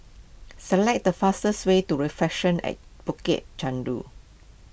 select the fastest way to Reflections at Bukit Chandu